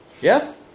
Yes